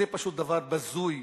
זה פשוט דבר בזוי.